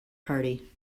party